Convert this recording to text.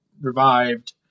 revived